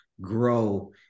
grow